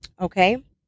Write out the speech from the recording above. okay